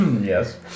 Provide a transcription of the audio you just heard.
Yes